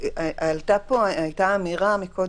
הייתה קודם אמירה,